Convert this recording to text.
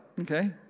Okay